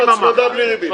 הצמדה בלי ריבית.